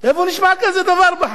איפה נשמע כזה דבר בחיים?